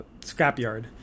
scrapyard